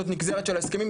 זאת נגזרת של ההסכמים,